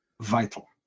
vital